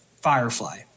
Firefly